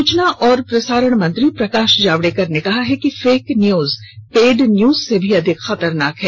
सुचना और प्रसारण मंत्री प्रकाश जावडेकर ने कहा है कि फेक न्यूज पेड न्यूज से भी अधिक खतरनाक है